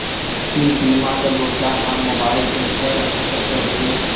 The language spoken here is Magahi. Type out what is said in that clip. की बीमा के भुगतान हम मोबाइल से कर सको हियै?